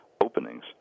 openings